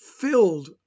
filled